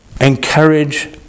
encourage